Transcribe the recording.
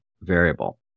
variable